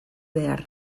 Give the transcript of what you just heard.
behar